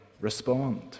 respond